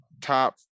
Top